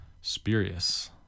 Spurious